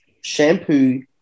shampoo